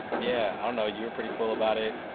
yeah. i don't know. you were pretty cool about it